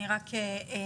אני רק אומר,